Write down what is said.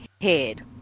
head